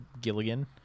Gilligan